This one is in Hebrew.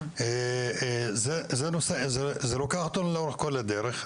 זה לוקח אותנו לאורך כל הדרך,